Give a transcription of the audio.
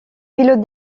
pilote